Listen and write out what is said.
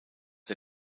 der